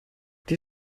dir